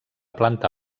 planta